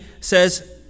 says